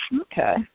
Okay